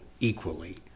equally